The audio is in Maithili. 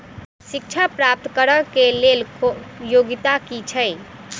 शिक्षा ऋण प्राप्त करऽ कऽ लेल योग्यता की छई?